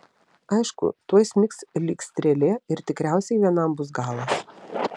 aišku tuoj smigs lyg strėlė ir tikriausiai vienam bus galas